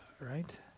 right